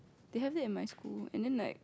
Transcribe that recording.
they have it in my school and then like